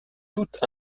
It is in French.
toutes